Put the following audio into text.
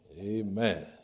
Amen